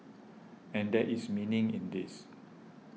and there is meaning in this